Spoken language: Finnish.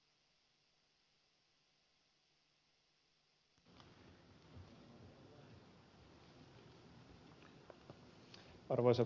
arvoisa puhemies